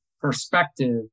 perspective